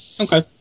Okay